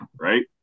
right